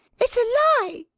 it's a lie!